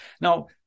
Now